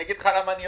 אם זה היה ההפך